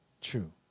true